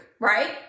Right